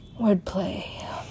Wordplay